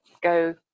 go